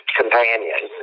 companion